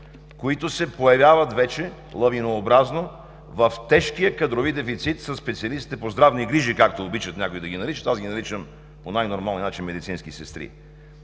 които се появяват вече лавинообразно в тежкия кадрови дефицит със специалистите по здравни грижи, както обичат някои да ги наричат, аз ги наричам по най-нормалния начин „медицински сестри“.